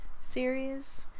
series